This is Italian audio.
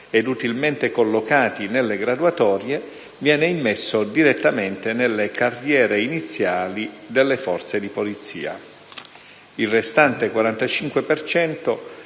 ed utilmente collocati nelle graduatorie viene immesso direttamente nelle carriere iniziali delle Forze di polizia. Il restante 45